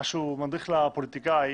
המדריך לפוליטיקאי,